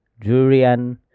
durian